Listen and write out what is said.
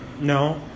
no